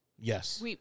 Yes